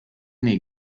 nei